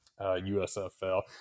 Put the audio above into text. USFL